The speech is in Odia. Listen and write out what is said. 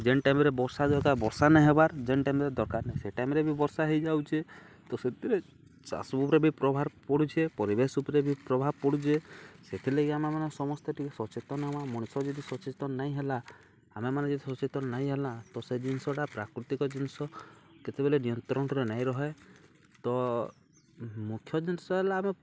ଯେନ୍ ଟାଇମ୍ରେ ବର୍ଷା ବର୍ଷା ନାଇଁ ହେବାର୍ ଯେନ୍ ଟାଇମ୍ରେ ଦର୍କାର୍ ନାହିଁ ସେ ଟାଇମ୍ରେ ବି ବର୍ଷା ହେଇଯାଉଛେ ତ ସେଥିରେ ଚାଷ ଉପ୍ରେ ବି ପ୍ରଭାବ୍ ପଡ଼ୁଛେ ପରିବେଶ୍ ଉପ୍ରେ ବି ପ୍ରଭାବ୍ ପଡ଼ୁଛେ ସେଥିର୍ଲାଗି ଆମେମାନେ ସମସ୍ତେ ଟିକେ ସଚେତନ୍ ହେବା ମଣିଷ ଯଦି ସଚେତନ ନାଇଁ ହେଲା ଆମେମାନେ ଯଦି ସଚେତନ ନାଇଁ ହେଲା ତ ସେ ଜିନିଷ୍ଟା ପ୍ରାକୃତିକ ଜିନିଷ କେତେବେଲେ ନିୟନ୍ତ୍ରଣରେ ନାଇଁ ରହେ ତ ମୁଖ୍ୟ ଜିନିଷ୍ ହେଲା ଆମେ